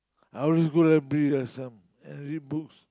I always go library like some and read books